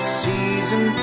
season